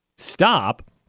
Stop